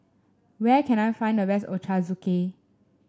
where can I find the best Ochazuke